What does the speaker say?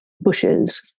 bushes